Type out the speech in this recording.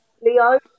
Leo